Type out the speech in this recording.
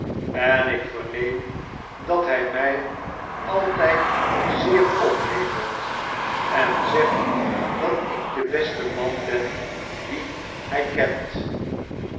en ik verneem dat hy my altijd zeer ophemelt en zegt dat ik de beste man ben dien hy kent